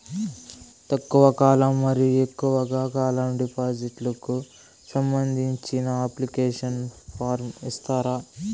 తక్కువ కాలం మరియు ఎక్కువగా కాలం డిపాజిట్లు కు సంబంధించిన అప్లికేషన్ ఫార్మ్ ఇస్తారా?